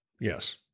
Yes